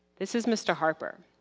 this is mr. harper.